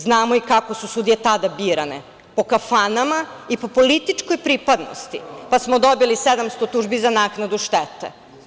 Znamo i kako su sudije tada birane, po kafanama i po političkoj pripadnosti, pa smo dobili 700 tužbi za naknadu štete.